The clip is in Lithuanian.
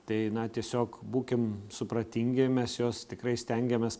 tai na tiesiog būkim supratingi mes juos tikrai stengiamės